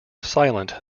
silent